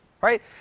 Right